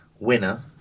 winner